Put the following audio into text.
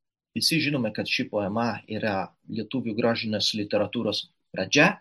visi žinome kad ši poema yra lietuvių grožinės literatūros pradžia